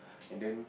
and then